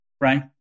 right